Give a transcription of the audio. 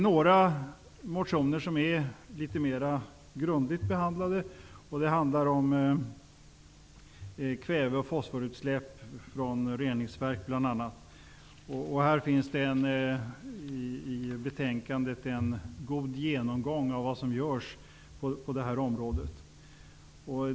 Några motioner har behandlats litet mera grundligt, och det gäller bl.a. kväve och fosforutsläpp från reningsverk. I betänkandet finns en god genomgång av vad som görs på det här området.